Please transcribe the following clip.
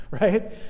right